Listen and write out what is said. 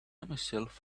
myself